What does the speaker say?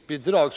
föreslagit.